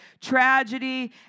tragedy